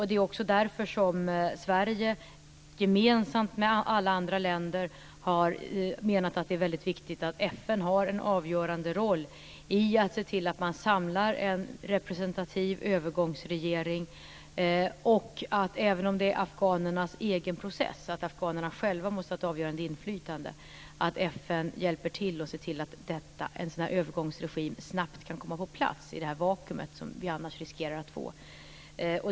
Det är också därför som Sverige gemensamt med alla andra länder har menat att det är väldigt viktigt att FN har en avgörande roll i att se till att man samlar en representativ övergångsregering och att FN, även om det är afghanernas egen process där afghanerna själva måste ha ett avgörande inflytande, hjälper till och ser till att en övergångsregim snabbt kan komma på plats i det vakuum som vi annars riskerar att få.